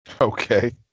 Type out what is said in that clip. Okay